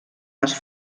les